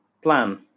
Plan